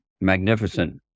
magnificent